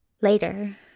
Later